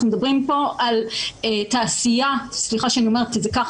אנחנו מדברים פה על תעשייה סליחה שאני אומרת את זה כך